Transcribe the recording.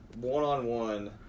one-on-one